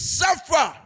suffer